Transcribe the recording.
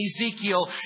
Ezekiel